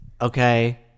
Okay